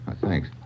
Thanks